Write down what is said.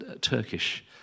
Turkish